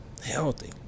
healthy